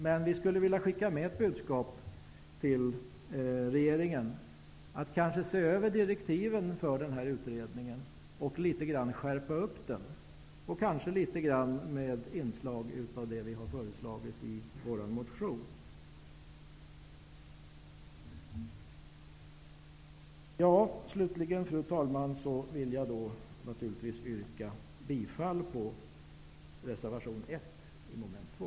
Men vi skulle vilja skicka med ett budskap till regeringen att se över direktiven för de här utredningarna och kanske skärpa dem litet grand med inslag av det vi har föreslagit i vår motion. Slutligen, fru talman, vill jag yrka bifall till reservation 1 i mom.2.